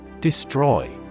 Destroy